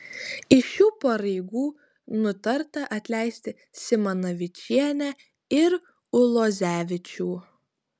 iš šių pareigų nutarta atleisti simanavičienę ir ulozevičių